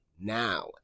now